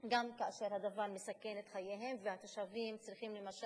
גם כאשר הדבר מסכן את חייהם והתושבים צריכים למשל